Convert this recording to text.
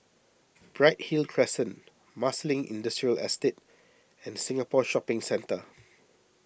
Bright Hill Crescent Marsiling Industrial Estate and Singapore Shopping Centre